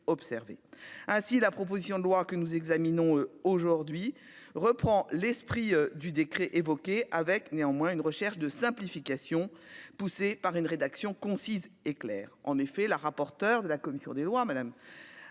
ah si la proposition de loi que nous examinons aujourd'hui reprend l'esprit du décret évoquer avec néanmoins une recherche de simplification poussée par une rédaction concise et claire en effet la rapporteur de la commission des lois, madame